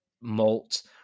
malt